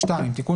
תיקון